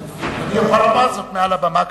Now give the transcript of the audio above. יאמר זאת מעל הבמה כמובן.